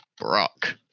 Brock